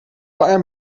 paar